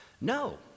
No